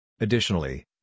Additionally